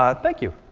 ah thank you.